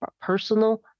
personal